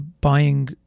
buying